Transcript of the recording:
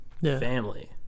Family